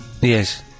Yes